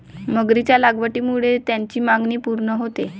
मगरीच्या लागवडीमुळे त्याची मागणी पूर्ण होते